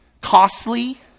costly